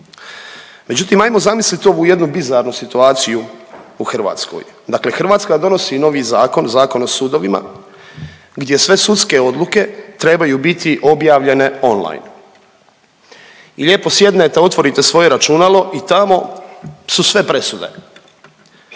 Međutim, ajmo zamislit ovu jednu bizarnu situaciju u Hrvatskoj, dakle Hrvatska donosi novi zakon, Zakon o sudovima gdje sve sudske odluke trebaju biti objavljene online i lijepo sjednete, otvorite svoje računalo i tamo su sve presude,